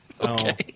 Okay